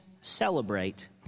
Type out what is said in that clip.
celebrate